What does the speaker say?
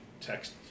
text